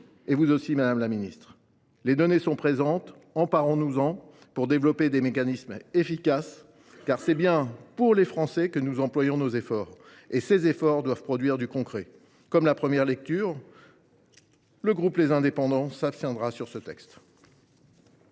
vous aussi, madame la ministre. Les données sont présentes, emparons nous en donc pour développer des mécanismes efficaces, car c’est bien pour les Français que nous accomplissons ces efforts, et ces efforts doivent produire du concret. Comme en première lecture, le groupe Les Indépendants s’abstiendra sur ce texte.